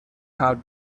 how